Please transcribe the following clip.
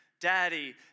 daddy